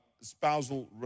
spousal